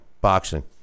boxing